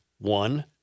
One